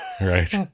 right